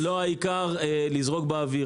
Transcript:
העיקר זה לא לזרוק באוויר.